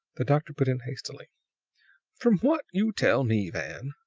the doctor put in hastily from what you tell me, van,